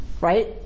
right